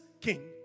king